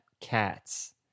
cats